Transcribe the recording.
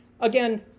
again